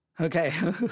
Okay